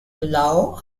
lau